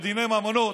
בדיני ממונות,